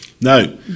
No